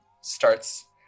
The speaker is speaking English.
starts